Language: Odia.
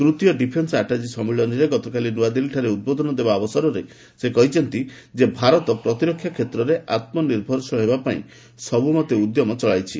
ତୂତୀୟ ଡିଫେନ୍ସ ଆଟାଚି ସମ୍ମିଳନୀରେ ଗତକାଲି ନୂଆଦିଲ୍ଲୀଠାରେ ଉଦ୍ବୋଧନ ଦେବା ଅବସରରେ ସେ କହିଛନ୍ତି ଯେ ଭାରତ ପ୍ରତିରକ୍ଷା କ୍ଷେତ୍ରରେ ଆତ୍ମନିର୍ଭରଶୀଳ ହେବା ପାଇଁ ସବୁମନ୍ତେ ଉଦ୍ୟମ ଚଳାଇଛି